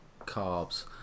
carbs